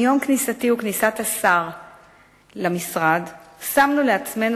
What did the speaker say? מיום כניסתי וכניסת השר למשרד שמנו לעצמנו